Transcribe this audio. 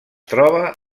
troba